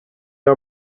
are